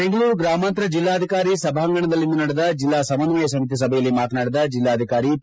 ಬೆಂಗಳೂರು ಗ್ರಾಮಾಂತರ ಜಿಲ್ಲಾಧಿಕಾರಿ ಸಭಾಂಗಣದಲ್ಲಿಂದು ನಡೆದ ಜಿಲ್ಲಾ ಸಮನ್ವಯ ಸಮಿತಿ ಸಭೆಯಲ್ಲಿ ಮಾತನಾಡಿದ ಜಿಲ್ಲಾಧಿಕಾರಿ ಪಿ